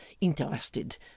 interested